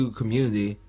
community